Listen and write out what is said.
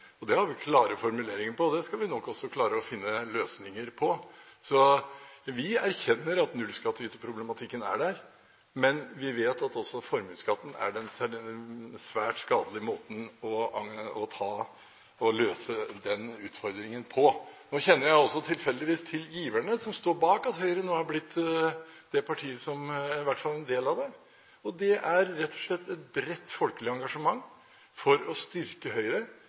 velferdssamfunnet. Det har vi klare formuleringer på, og det skal vi nok klare å finne løsninger på. Vi erkjenner at nullskatteyterproblematikken er der, men vi vet også at formuesskatten er en svært skadelig måte å løse denne utfordringen på. Nå kjenner jeg også tilfeldigvis til giverne som står bak – i hvert fall en del – og det er rett og slett et bredt folkelig engasjement for å styrke Høyre.